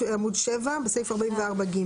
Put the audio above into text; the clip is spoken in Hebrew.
44(ג)